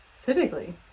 typically